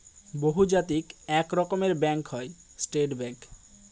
বহুজাতিক এক রকমের ব্যাঙ্ক হয় স্টেট ব্যাঙ্ক